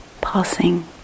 passing